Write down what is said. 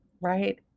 right